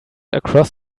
across